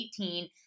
2018